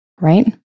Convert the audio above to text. Right